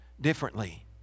differently